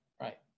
Right